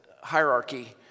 hierarchy